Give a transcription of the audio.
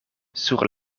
sur